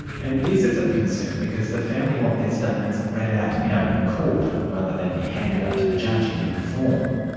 and this is of concern because the family want their statements read out in open court, rather than be handed up to the judge in written form.